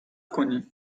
کنین